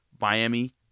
Miami